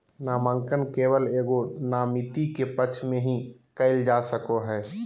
नामांकन केवल एगो नामिती के पक्ष में ही कइल जा सको हइ